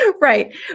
right